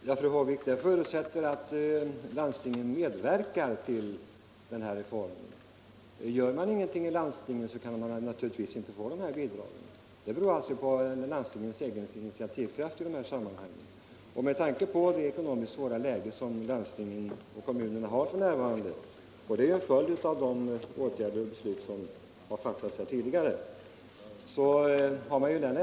Herr talman! Det förutsätter att landstingen medverkar till den här reformen, fru Håvik. Gör man ingenting i landstingen kan man naturligtvis inte få de här bidragen. Genomslagskraften beror alltså på landstingens egen initiativkraft i dessa sammanhang. Som en följd av de beslut som fattats här i riksdagen tidigare har kommuner och landsting f.n. ett ekonomiskt svårt läge.